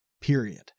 period